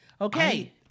Okay